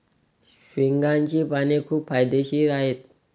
शेवग्याची पाने खूप फायदेशीर आहेत